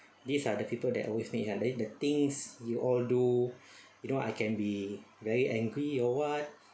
these are the people that always make ah then the things you all do you know I can be very angry or what